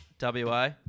WA